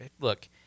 Look